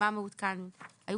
לפי